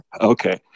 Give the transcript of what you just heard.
Okay